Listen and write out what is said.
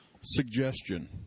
suggestion